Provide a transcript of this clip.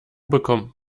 bekommt